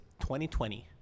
2020